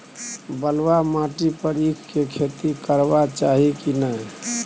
बलुआ माटी पर ईख के खेती करबा चाही की नय?